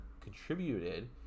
contributed